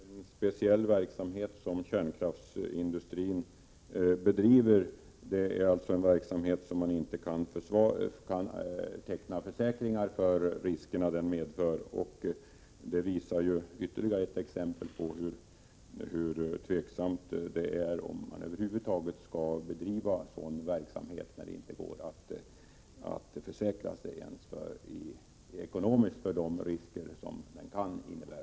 Herr talman! Det visar bara vilken speciell verksamhet kärnkraftsindustrin bedriver. Man kan alltså inte teckna försäkringar för de risker som verksamheten medför. Att det inte ens går att ekonomiskt försäkra sig för de risker som verksamheten kan innebära är ytterligare ett exempel på hur tveksamt det är om man över huvud taget skall bedriva sådan verksamhet.